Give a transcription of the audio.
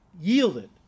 yielded